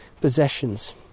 possessions